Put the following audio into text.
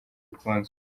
ikunzwe